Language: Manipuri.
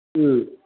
ꯎꯝ